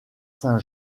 saint